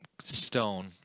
stone